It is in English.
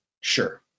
Sure